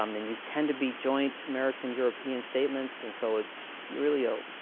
um and these tend to be joint american-european statements. and so it's really, ah